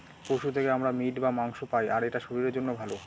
পশু থেকে আমরা মিট বা মাংস পায়, আর এটা শরীরের জন্য ভালো